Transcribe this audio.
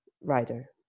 writer